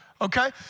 Okay